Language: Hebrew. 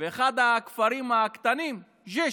באחד הכפרים הקטנים, ג'יש,